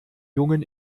jungen